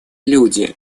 люди